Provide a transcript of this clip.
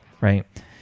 right